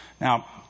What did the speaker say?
Now